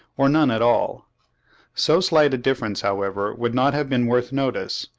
or none at all so slight a difference, however, would not have been worth notice,